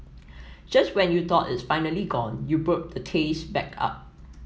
just when you thought it's finally gone you burp the taste back up